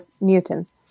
Mutants